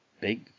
big